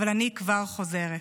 אבל אני כבר חוזרת.